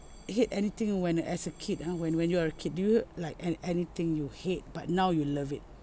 hate anything when as a kid uh when when you're a kid do like an~ anything you hate but now you love it